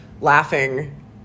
laughing